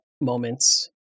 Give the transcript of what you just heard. moments